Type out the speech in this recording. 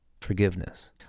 forgiveness